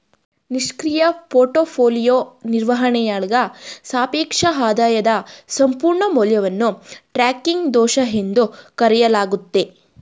ನಿಷ್ಕ್ರಿಯ ಪೋರ್ಟ್ಫೋಲಿಯೋ ನಿರ್ವಹಣೆಯಾಳ್ಗ ಸಾಪೇಕ್ಷ ಆದಾಯದ ಸಂಪೂರ್ಣ ಮೌಲ್ಯವನ್ನು ಟ್ರ್ಯಾಕಿಂಗ್ ದೋಷ ಎಂದು ಕರೆಯಲಾಗುತ್ತೆ